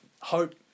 hope